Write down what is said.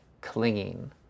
clinging